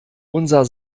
unser